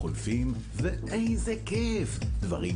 צריך